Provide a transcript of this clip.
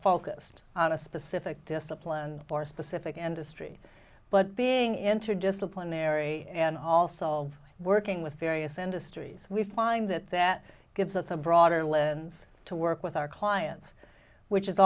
focused on a specific discipline or specific and history but being interdisciplinary and also working with various industries we find that that gives us a broader lens to work with our clients which is